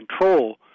control